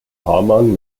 hamann